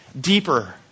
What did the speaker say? deeper